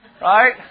Right